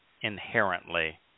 inherently